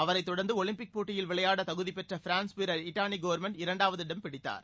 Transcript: அவரை தொடர்ந்து ஒலிம்பிக் போட்டியில் விளையாட தகுதி பெற்ற பிரான்ஸ் வீரர் இட்டாளி கோர்மென்ட் இரண்டாவது இடம் பிடித்தார்